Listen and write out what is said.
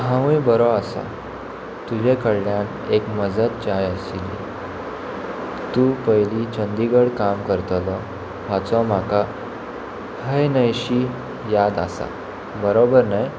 हांवूय बरो आसा तुजे कडल्यान एक मजत जाय आशिल्ली तूं पयली चंदीगड काम करतलो हाचो म्हाका हय न्हयशी याद आसा बरोबर न्हय